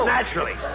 Naturally